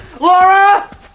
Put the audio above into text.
Laura